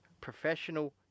professional